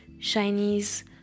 Chinese